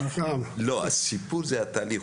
לא, הסיפור זה התהליך.